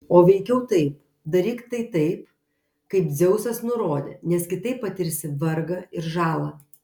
o veikiau taip daryk tai taip kaip dzeusas nurodė nes kitaip patirsi vargą ir žalą